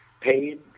paid